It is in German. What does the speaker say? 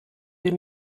wir